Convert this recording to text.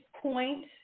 point